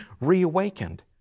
reawakened